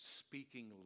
speaking